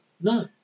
No